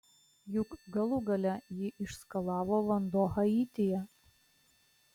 juk galų gale jį išskalavo vanduo haityje